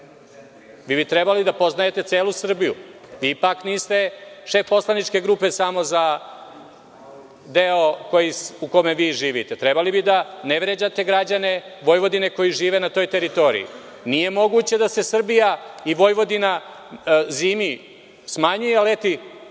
Vi bi trebali da poznajete celu Srbiju, niste vi šef poslaničke grupe samo za deo u kome vi živite. Trebali bi da ne vređate građane Vojvodine koji žive na toj teritoriji. Nije moguće da se Srbija i Vojvodina zimi smanjuje a leti